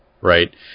right